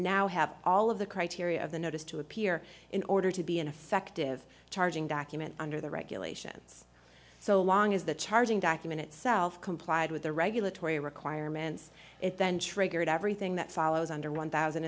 now have all of the criteria of the notice to appear in order to be an effective charging document under the regulations so long as the charging document itself complied with the regulatory requirements it then triggered everything that follows under one thousand